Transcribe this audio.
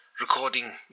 recording